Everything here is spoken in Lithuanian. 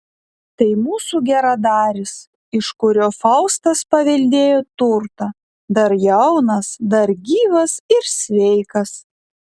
tai mūsų geradaris iš kurio faustas paveldėjo turtą dar jaunas dar gyvas ir sveikas